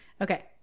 Okay